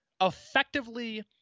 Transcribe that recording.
effectively